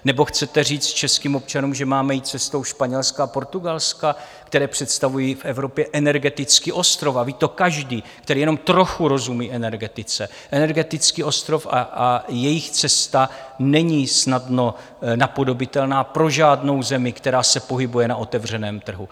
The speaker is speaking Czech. Nebo chcete říci českým občanům, že máme jít cestou Španělska a Portugalska, které představují v Evropě energetický ostrov a ví to každý, který jenom trochu rozumí energetice energetický ostrov a jejich cesta není snadno napodobitelná pro žádnou zemi, která se pohybuje na otevřeném trhu.